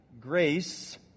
grace